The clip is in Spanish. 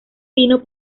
vino